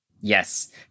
Yes